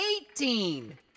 eighteen